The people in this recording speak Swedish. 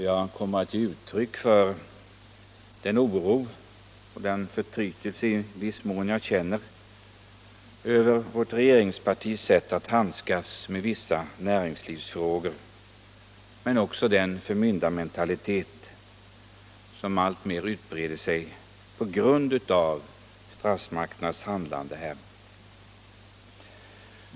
Jag kommer att ge uttryck för den oro och den förtrytelse i viss mån som jag känner över vårt regeringspartis sätt att handskas med en del näringslivsfrågor men också över den förmyndarmentalitet som alltmer utbreder sig på grund av statsmakternas handlande i vårt land.